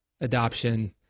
adoption